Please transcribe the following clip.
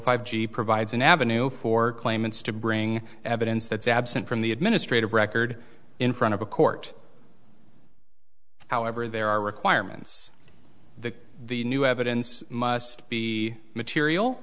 five g provides an avenue for claimants to bring evidence that's absent from the administrative record in front of a court however there are requirements that the new evidence must be material